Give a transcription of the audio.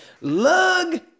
lug